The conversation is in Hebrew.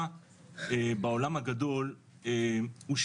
בעולם הגדול הוא,